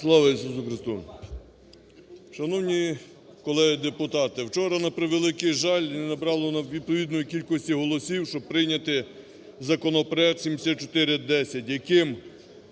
Слава Ісусу Христу! Шановні колеги-депутати, вчора, на превеликий жаль, не набрало у нас відповідної кількості голосів, щоб прийняти законопроект 7410, яким